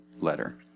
letter